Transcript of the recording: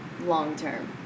long-term